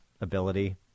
ability